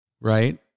Right